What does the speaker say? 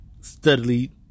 steadily